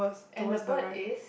and the bird is